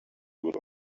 would